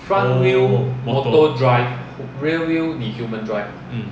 oh motor mm